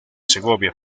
segovia